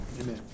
Amen